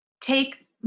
take